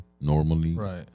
normally